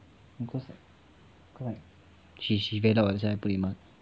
cause like cause like she she very loud that's why I put away mah